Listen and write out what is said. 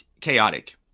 chaotic